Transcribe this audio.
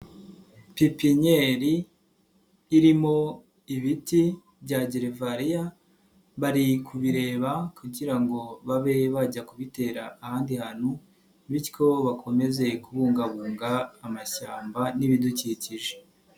Pipinyeri irimo ibiti bya gerevariya bari kubireba kugira ngo babe bajya kubitera ahandi hantu bityo bakomeze kubungabunga amashyamba n'ibidukikije.